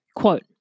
Quote